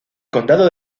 condado